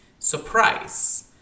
surprise